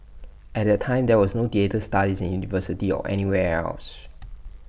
at that time there was no theatre studies in university or anywhere else